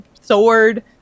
sword